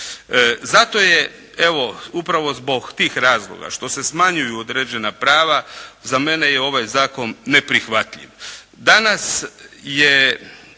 Zato je evo upravo zbog tih razloga što se smanjuju određena prava, za mene je ovaj zakon neprihvatljiv.